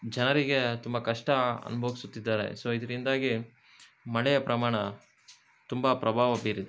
ಜನರಿಗೆ ತುಂಬ ಕಷ್ಟ ಅನ್ಬೊಗಿಸುತ್ತಿದ್ದಾರೆ ಸೊ ಇದರಿಂದಾಗಿ ಮಳೆಯ ಪ್ರಮಾಣ ತುಂಬ ಪ್ರಭಾವ ಬೀರಿದೆ